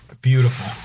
beautiful